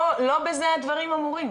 לא בזה הדברים אמורים.